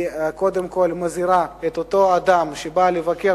היא קודם כול מזהירה את אותו אדם שבא לבקר